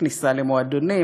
בכניסה למועדונים,